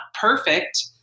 perfect